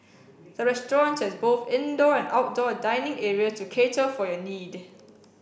the restaurant has both indoor and outdoor dining areas to cater for your need